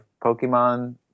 Pokemon